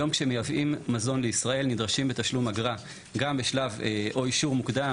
היום כשמייבאים מזון לישראל נדרשים בתשלום אגרה גם בשלב או אישור מוקדם